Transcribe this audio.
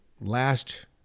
Last